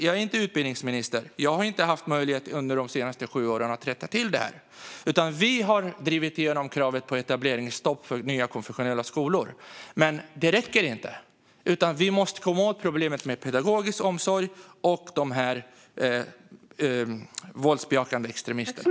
Jag är inte utbildningsminister. Jag har inte haft möjlighet under de senaste sju åren att rätta till det här. Vi har drivit igenom kravet på etableringsstopp för nya konfessionella skolor, men det räcker inte. Vi måste komma åt problemet med pedagogisk omsorg och de våldbejakande extremisterna.